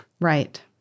Right